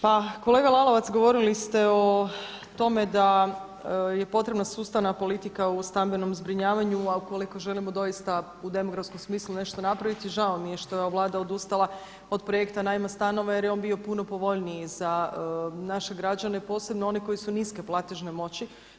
Pa kolega Lalovac govorili ste o tome da je potrebna sustavna politika u stamenom zbrinjavanju, a ukoliko želimo doista u demografskom smislu nešto napraviti žao mi je što je ova Vlada odustala od projekta najma stanova jer je on bi puno povoljniji za naše građane, posebno one koji su niske platežne moći.